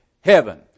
Heaven